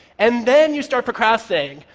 and then you start procrastinating,